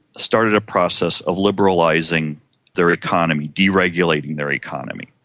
started a process of liberalising their economy, deregulating their economy.